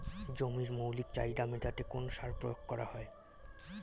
জমির মৌলিক চাহিদা মেটাতে কোন সার প্রয়োগ করা হয়?